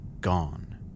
gone